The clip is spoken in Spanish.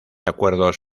acuerdos